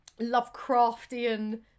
Lovecraftian